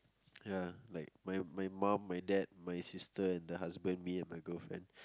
ya like my my mum my dad my sister and her husband me and her girlfriend